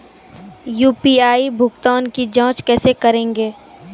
UPI भुगतान की जाँच कैसे करेंगे?